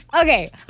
Okay